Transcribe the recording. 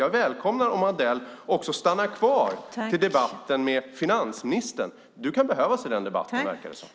Jag välkomnar om Odell stannar kvar till debatten med finansministern. Du kan behövas i den debatten, verkar det som.